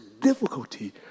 difficulty